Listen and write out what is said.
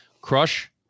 crush